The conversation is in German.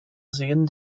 sehen